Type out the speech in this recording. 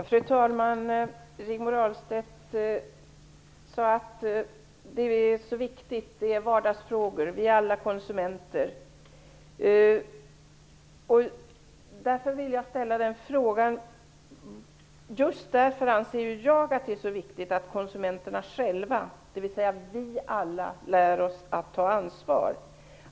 Fru talman! Rigmor Ahlstedt sade att det är viktigt, att det är vardagsfrågor och att vi alla är konsumenter. Just därför anser jag att det är viktigt att konsumenterna själva, dvs. vi alla, lär sig att ta ansvar.